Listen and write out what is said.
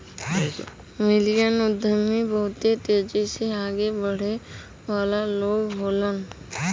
million उद्यमी बहुत तेजी से आगे बढ़े वाला लोग होलन